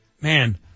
Man